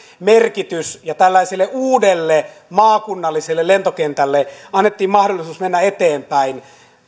merkitys ja tällaiselle uudelle maakunnalliselle lentokentälle annettiin mahdollisuus mennä eteenpäin